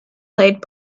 played